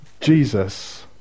jesus